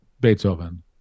Beethoven